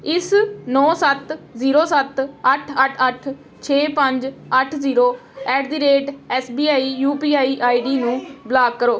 ਇਸ ਨੌ ਸੱਤ ਜ਼ੀਰੋ ਸੱਤ ਅੱਠ ਅੱਠ ਅੱਠ ਛੇ ਪੰਜ ਅੱਠ zero at the rate S B I U P I I D ਨੂੰ ਬਲਾਕ ਕਰੋ